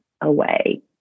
away